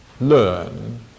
learn